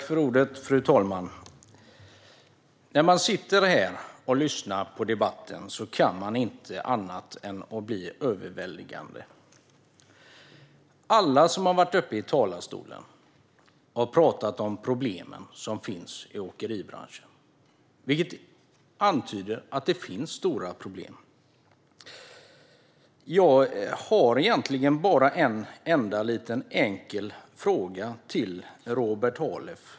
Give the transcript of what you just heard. Fru talman! När man sitter här och lyssnar på debatten kan man inte annat än bli överväldigad. Alla som har varit uppe i talarstolen har pratat om de problem som finns i åkeribranschen, vilket antyder att det finns stora problem. Jag har egentligen bara en enda liten enkel fråga till Robert Halef.